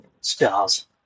stars